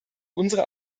unsere